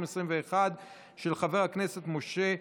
ועדת העבודה והרווחה.